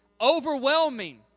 overwhelming